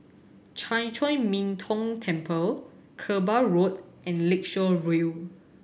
Chan Chor Min Tong Temple Kerbau Road and Lakeshore View